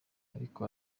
ariko